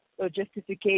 justification